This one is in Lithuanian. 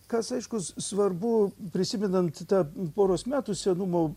kas aiškus svarbu prisimenant tą poros metų senumo